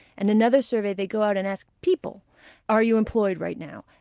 and another survey, they go out and ask people are you employed right now?